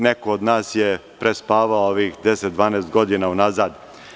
Neko od nas je prespavao ovih 10-12 godina unazad.